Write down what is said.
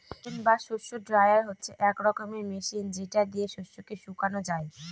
grain বা শস্য dryer হচ্ছে এক রকমের মেশিন যেটা দিয়ে শস্যকে শুকানো যায়